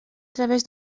través